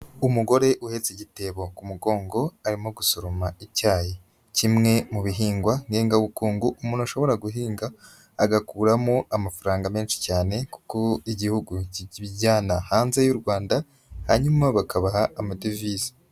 Umugore uhetse igitebo ku mugongo arimo gusoroma icyayi kimwe mu bihingwa ngengabukungu umuntu ashobora guhinga agakuramo amafaranga menshi cyane kuko igihugu kibijyana hanze y'u rwanda hanyuma bakabaha amadevize.